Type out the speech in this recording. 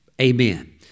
Amen